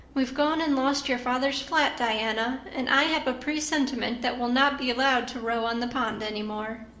we've gone and lost your father's flat, diana, and i have a presentiment that we'll not be allowed to row on the pond any more.